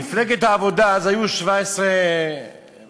למפלגת העבודה אז היו 17 מנדטים,